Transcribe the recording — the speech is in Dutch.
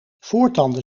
voortanden